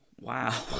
wow